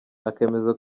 akemeza